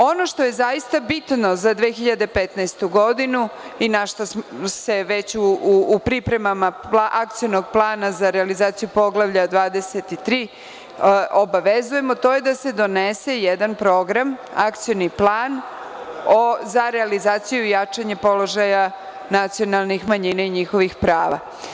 Ono što je zaista bitno za 2015. godinu i na šta se već u pripremama Akcionog plana za realizaciju Poglavlja 23 obavezujemo, to je da se donese jedan program akcioni plan za realizaciju i jačanje položaja nacionalnih manjina i njihovih prava.